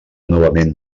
novament